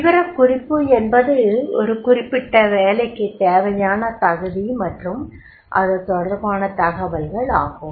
விவரக்குறிப்பு என்பது ஒரு குறிப்பிட்ட வேலைக்குத் தேவையான தகுதி மற்றும் அது தொடர்பான தகவல்கள் ஆகும்